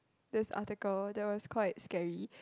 this article that was quite scary